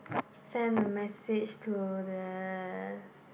send a message to the